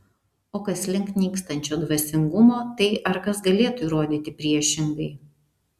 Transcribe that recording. o kas link nykstančio dvasingumo tai ar kas galėtų įrodyti priešingai